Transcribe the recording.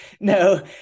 No